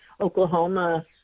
Oklahoma